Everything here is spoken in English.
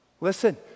Listen